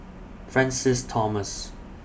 Francis Thomas